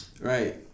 right